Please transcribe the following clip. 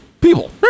people